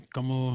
Como